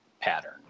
pattern